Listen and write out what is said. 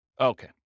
Okay